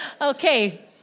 Okay